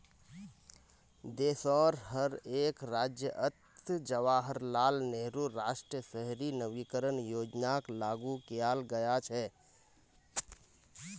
देशोंर हर एक राज्यअत जवाहरलाल नेहरू राष्ट्रीय शहरी नवीकरण योजनाक लागू कियाल गया छ